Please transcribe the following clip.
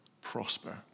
prosper